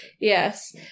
Yes